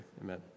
Amen